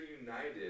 United